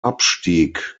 abstieg